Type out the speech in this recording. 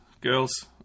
Girls